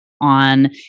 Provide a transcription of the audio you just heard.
on